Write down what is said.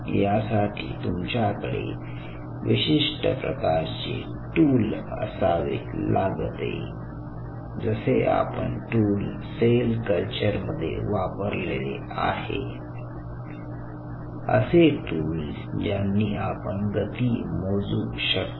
यासाठी तुमच्याकडे विशिष्ट प्रकारचे टूल असावे लागते जसे आपण टूल सेल कल्चरमध्ये वापरलेले आहे असे टूल ज्यांनी आपण गती मोजू शकतो